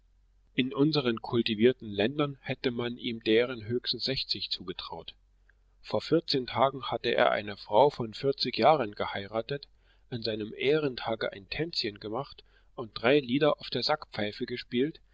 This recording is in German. in unseren kultivierten ländern hätte man ihm deren höchstens sechzig zugetraut vor vierzehn tagen hatte er eine frau von vierzig jahren geheiratet an seinem ehrentage ein tänzchen gemacht und drei lieder auf der sackpfeife gespielt